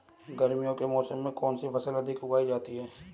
गर्मियों के मौसम में कौन सी फसल अधिक उगाई जाती है?